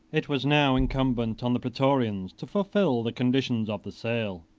it was now incumbent on the praetorians to fulfil the conditions of the sale.